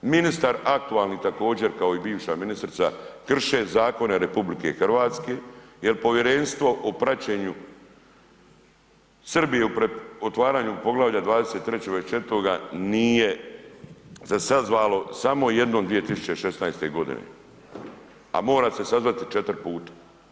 Ministar aktualni također kao i bivša ministrica krše zakone RH jer povjerenstvo o praćenju Srbije u otvaranju Poglavlja 23. i 24. nije se sazvalo, samo jednom 2016. godine, a mora se sazvati 4 puta.